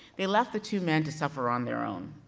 they left the two men to suffer on their own.